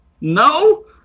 no